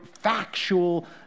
factual